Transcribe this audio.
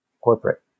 Corporate